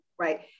Right